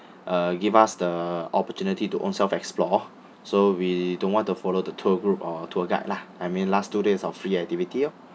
uh give us the opportunity to ownself explore so we don't want to follow the tour group or tour guide lah I mean last two days of free activity lor